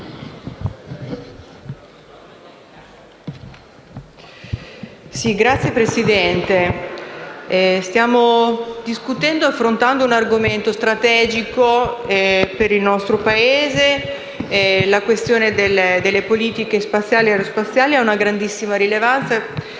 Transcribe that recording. Signora Presidente, stiamo discutendo e affrontando un argomento strategico per il nostro Paese. La questione delle politiche spaziali e aerospaziali ha una grandissima rilevanza